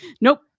Nope